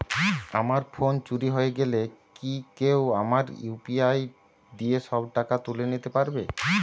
আমার ফোন চুরি হয়ে গেলে কি কেউ আমার ইউ.পি.আই দিয়ে সব টাকা তুলে নিতে পারবে?